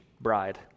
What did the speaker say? bride